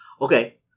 Okay